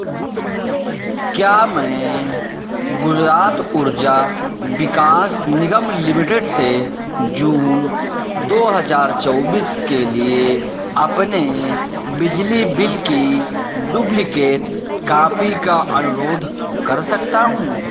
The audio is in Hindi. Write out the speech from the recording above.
क्या मैं गुजरात ऊर्जा विकास निगम लिमिटेड से जून दो हजार चौबीस के लिए अपने बिजली बिल की डुब्लीकेट कापी का अनुरोध कर सकता हूँ